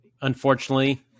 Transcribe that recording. unfortunately